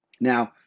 Now